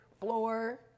floor